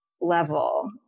level